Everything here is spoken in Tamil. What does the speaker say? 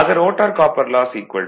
ஆக ரோட்டார் காப்பர் லாஸ் 0